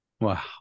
Wow